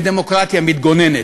בדמוקרטיה מתגוננת.